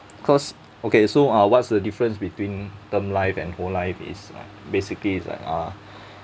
cause okay so uh what's the difference between term life and whole life is basically it's like uh